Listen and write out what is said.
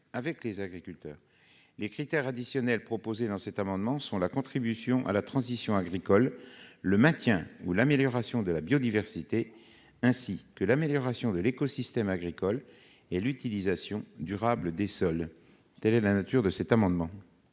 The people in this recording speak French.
avec les agriculteurs. Les critères additionnels proposés dans cet amendement sont la contribution à la transition agricole, le maintien ou l'amélioration de la biodiversité, ainsi que l'amélioration de l'écosystème agricole et l'utilisation durable des sols. L'amendement